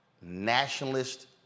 nationalist